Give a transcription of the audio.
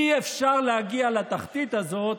אי-אפשר להגיע לתחתית הזאת,